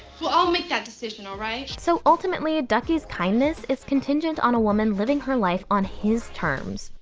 well, i'll make that decision, all right? so ultimately, duckie's kindness is contingent on a woman living her life on his terms.